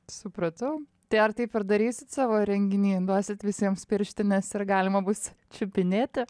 supratau tai ar taip ir darysit savo renginy duosit visiems pirštines ir galima bus čiupinėti